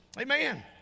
Amen